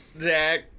Zach